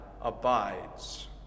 abides